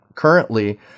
Currently